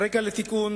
הרקע לתיקון,